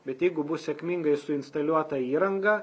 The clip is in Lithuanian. bet jeigu bus sėkmingai suinstaliuota įranga